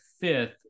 fifth